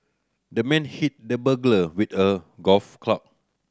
the man hit the burglar with a golf club